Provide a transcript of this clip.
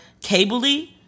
cable-y